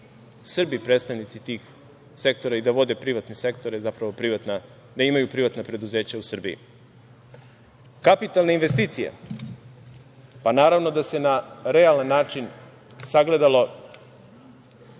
Srbi predstavnici tih sektora i da vode privatne sektore, zapravo, da imaju privatna preduzeća u Srbiji. Kapitalne investicije, pa naravno da se na realan način sagledalo